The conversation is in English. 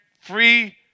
free